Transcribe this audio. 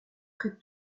très